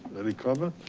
any comments?